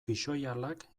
pixoihalak